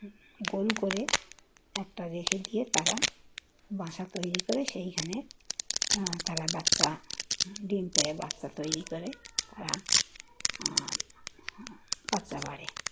গোল করে একটা রেখে দিয়ে তারা বাসা তৈরি করে সেইখানে তারা বাচ্চা ডিম পেড়ে বাচ্চা তৈরি করে তারা বাচ্চা বাড়ে